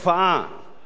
שיש בישראל